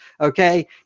Okay